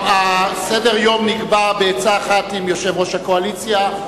סדר-היום נקבע בעצה אחת עם יושב-ראש הקואליציה.